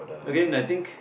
Again I think